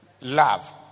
love